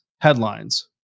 headlines